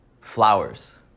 Flowers